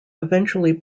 eventually